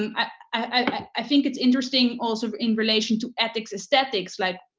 um i think it's interesting also in relation to ethics, aesthetics. like,